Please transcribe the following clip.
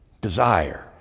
desire